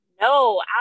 No